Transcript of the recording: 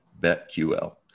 BetQL